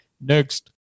Next